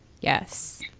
Yes